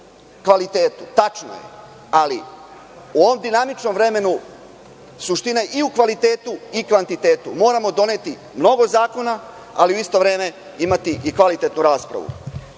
kvalitetu. Tačno je, ali u ovom dinamičnom vremenu suština je i u kvalitetu i kvantitetu. Moramo doneti mnogo zakona, ali u isto vreme imati i kvalitetnu raspravu.